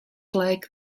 like